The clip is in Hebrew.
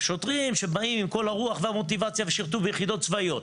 שוטרים שבאים עם כל הרוח והמוטיבציה ושירתו ביחידות צבאיות,